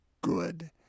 good